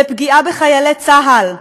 לפגיעה בחיילי צה"ל.